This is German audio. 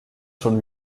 schon